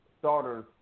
starters